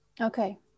Okay